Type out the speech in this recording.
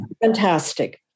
fantastic